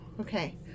Okay